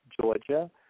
Georgia